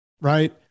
Right